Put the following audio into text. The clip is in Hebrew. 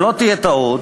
שלא תהיה טעות.